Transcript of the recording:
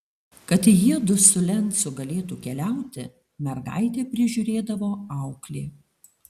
kad jiedu su lencu galėtų keliauti mergaitę prižiūrėdavo auklė